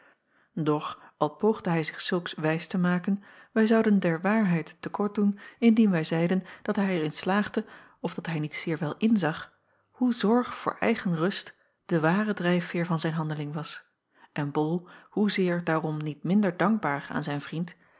doch al poogde hij zich zulks wijs te maken wij zouden der waarheid te kort doen indien wij zeiden dat hij er in slaagde of dat hij niet zeer wel inzag hoe zorg voor eigen rust de ware drijfveêr van zijn handeling was en bol hoezeer daarom niet minder dankbaar aan zijn vriend